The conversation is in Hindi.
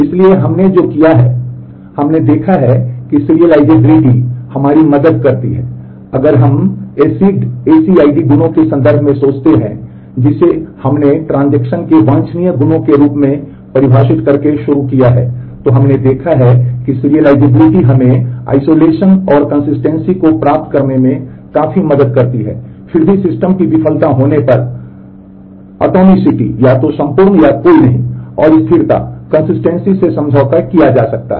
इसलिए हमने जो किया है हमने देखा है कि सीरियलाइज़ेबिलिटी से समझौता किया जा सकता है